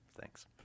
Thanks